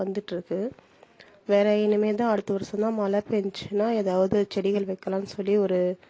வந்துட்டுருக்கு வேற இனிமேல் தான் அடுத்த வருடம் தான் மழை பெஞ்சின்னா எதாவது செடிகள் வைக்கலாம் சொல்லி ஒரு